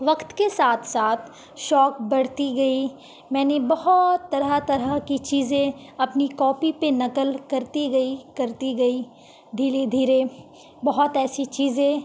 وقت کے ساتھ ساتھ شوق بڑھتی گئی میں نے بہت طرح طرح کی چیزیں اپنی کاپی پہ نقل کرتی گئی کرتی گئی دھیرے دھیرے بہت ایسی چیزیں